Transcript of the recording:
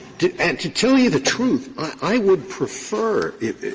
to and to tell you the truth, i would prefer